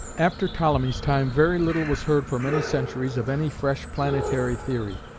after ptolemy's time very little was heard for many centuries of any fresh planetary theory,